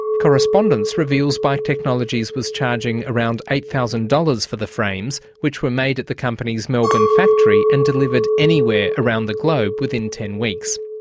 correspondence reveals bike technologies was charging around eight thousand dollars for the frames, which were made at the company's melbourne factory and delivered anywhere around the globe within ten weeks.